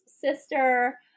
sister